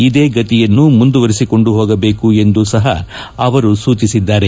ಇದೇ ಗತಿಯನ್ನು ಮುಂದುವರಿಸಿಕೊಂಡು ಹೋಗಬೇಕು ಎಂದು ಸಪ ಅವರು ಸೂಚಿಸಿದ್ಲಾರೆ